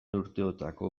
urteotako